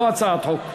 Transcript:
לא הצעת חוק,